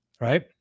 right